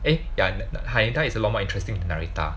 eh eh ya Haneda is a lot more interesting than Narita